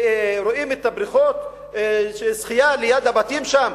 ורואים את בריכות השחייה ליד הבתים שם,